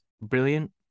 brilliant